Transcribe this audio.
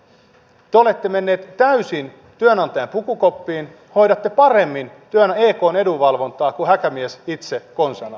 te olette menneet täysin työnantajan pukukoppiin hoidatte paremmin ekn edunvalvontaa kuin häkämies itse konsanaan